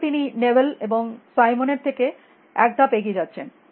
সুতরাং তিনি নেবেল এবং সাইমন এর থেকে এক ধাপ এগিয়ে যাচ্ছেন